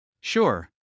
Sure